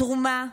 התרומה,